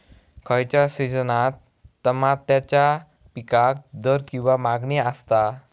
खयच्या सिजनात तमात्याच्या पीकाक दर किंवा मागणी आसता?